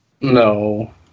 No